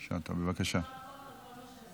בבקשה, חמש דקות.